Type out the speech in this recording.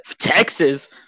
Texas